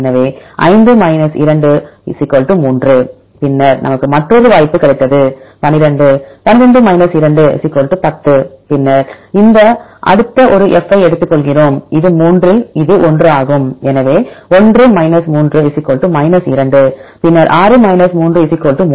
எனவே 5 2 3 பின்னர் நமக்கு மற்றொரு வாய்ப்பு கிடைத்தது 12 12 2 10 பின்னர் இந்த அடுத்த ஒரு F ஐ எடுத்துக்கொள்கிறோம் இது 3 இல் இது 1 ஆகும் எனவே 1 3 2 பின்னர் 6 3 3